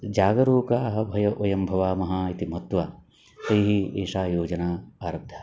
जागरूकाः भवामः वयं भवामः इति मत्त्वा तैः एषा योजना आरब्धा